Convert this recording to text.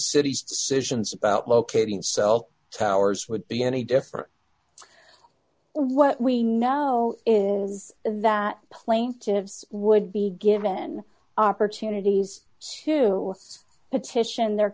city's decisions about locating cell towers would be any different what we know is that plaintiffs would be given opportunities to petition their